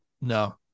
no